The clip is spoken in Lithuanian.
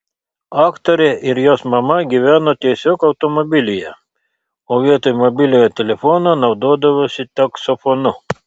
aktorė ir jos mama gyveno tiesiog automobilyje o vietoj mobiliojo telefono naudodavosi taksofonu